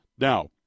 Now